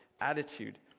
attitude